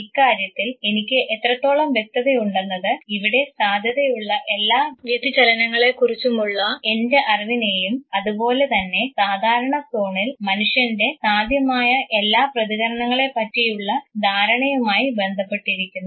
ഇക്കാര്യത്തിൽ എനിക്ക് എത്രത്തോളം വ്യക്തത ഉണ്ടെന്നത് ഇവിടെ സാധ്യതയുള്ള എല്ലാ വ്യതിചലനങ്ങളെ കുറിച്ചുമുള്ള എൻറെ അറിവിനെയും അതുപോലെ തന്നെ സാധാരണ സോണിൽ മനുഷ്യൻറെ സാധ്യമായ എല്ലാ പ്രതികരണങ്ങളെ പറ്റിയുള്ള ധാരണയുമായി ബന്ധപ്പെട്ടിരിക്കുന്നു